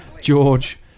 George